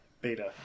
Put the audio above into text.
beta